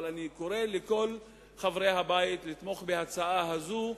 אבל אני קורא לכל חברי הבית לתמוך בהצעה הזאת,